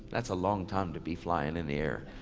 that's a long time to be flying in the air.